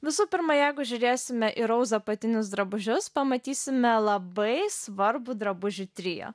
visų pirma jeigu žiūrėsime į rouz apatinius drabužius pamatysime labai svarbų drabužių trio